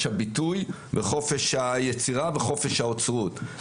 הביטוי וחופש היצירה וחופש האוצרות.